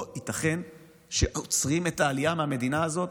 לא ייתכן שעוצרים את העלייה מהמדינה הזאת.